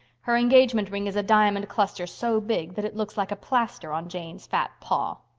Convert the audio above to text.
her engagement ring is a diamond cluster so big that it looks like a plaster on jane's fat paw.